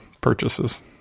purchases